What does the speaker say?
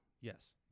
Yes